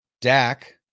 Dak